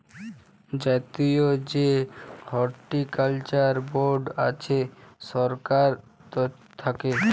জাতীয় যে horticulture board আছে সরকার থাক্যে